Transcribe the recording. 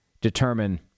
determine